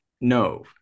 no